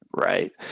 Right